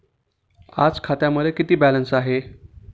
आज खात्यामध्ये किती बॅलन्स आहे?